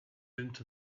into